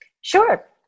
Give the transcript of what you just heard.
Sure